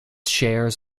shares